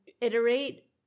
iterate